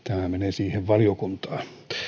siihen valiokuntaan